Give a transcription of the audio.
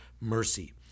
Mercy